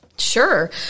Sure